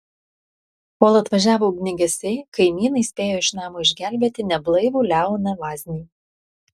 kol atvažiavo ugniagesiai kaimynai spėjo iš namo išgelbėti neblaivų leoną vaznį